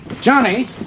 Johnny